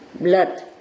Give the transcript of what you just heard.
blood